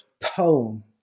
poem